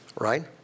right